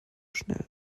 schnell